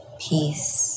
peace